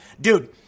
dude